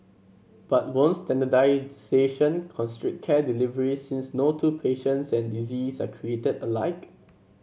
but won't standardisation constrict care delivery since no two patients and diseases are created alike